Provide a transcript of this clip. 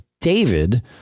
David